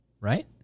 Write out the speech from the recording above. right